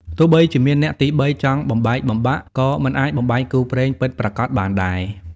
ទោះបីមានអ្នកទីបីចង់បំបែកបំបាក់ ក៏មិនអាចបំបែកគូព្រេងពិតប្រាកដបានដែរ។